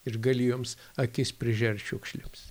ir gali joms akis prižert šiukšlėms